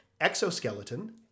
Exoskeleton